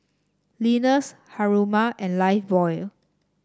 Lenas Haruma and Lifebuoy